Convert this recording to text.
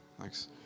Thanks